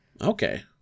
Okay